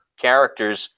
characters